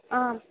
ஆ